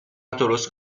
درست